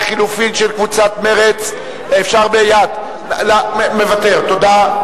לחלופין של קבוצת מרצ, מוותר, תודה.